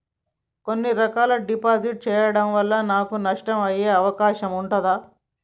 కొన్ని రకాల డిపాజిట్ చెయ్యడం వల్ల నాకు నష్టం అయ్యే అవకాశం ఉంటదా?